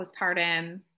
postpartum